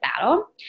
battle